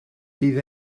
bydd